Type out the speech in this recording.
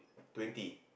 twenty